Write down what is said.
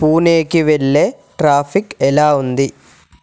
పూణేకి వెళ్ళే ట్రాఫిక్ ఎలా ఉంది